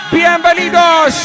Bienvenidos